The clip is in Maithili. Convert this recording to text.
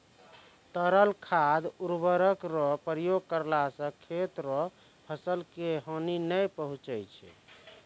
तरल खाद उर्वरक रो प्रयोग करला से खेत रो फसल के हानी नै पहुँचय छै